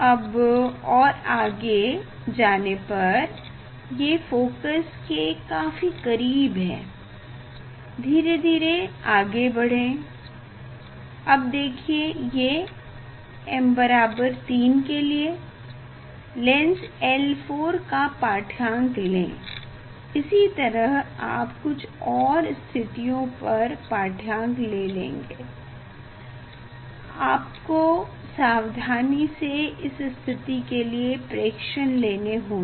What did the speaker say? अब और आगे जाने पर ये फोकस के काफी करीब है धीरे धीरे आगे बढ़े अब देखिए ये m3 के लिए लेंस L4 का पाठ्यांक लें इसी तरह आप कुछ और स्थितियों पर पाठ्यांक ले लेंगे आप को सावधानी से इस स्थिति के लिए प्रेक्षण लेने होंगे